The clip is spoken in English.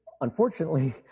unfortunately